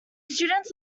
students